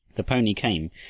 the pony came,